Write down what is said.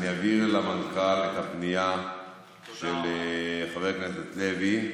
אני אעביר למנכ"ל את הפנייה של חבר הכנסת לוי,